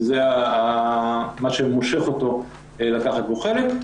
זה מה שמושך אותו לקחת בו חלק.